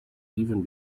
even